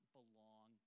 belong